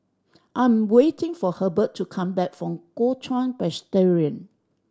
I'm waiting for Herbert to come back from Kuo Chuan Presbyterian